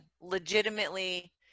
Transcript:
legitimately